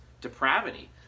depravity